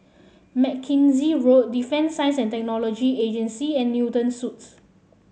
Mackenzie Road Defence Science and Technology Agency and Newton Suites